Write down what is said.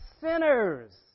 sinners